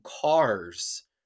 cars